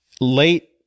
late